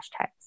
hashtags